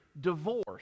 divorce